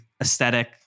aesthetic